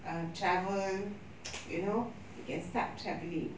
err travel you know you can start travelling